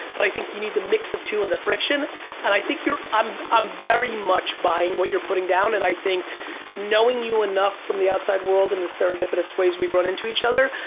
but i think you need the mix of two and the friction and i think you i'm um very much buying what you're putting down and i think knowing you enough from the outside world and the serendipitous ways we've ran into each other,